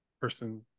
person